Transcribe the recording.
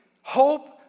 hope